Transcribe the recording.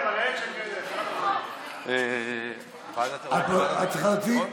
את צריכה להציג?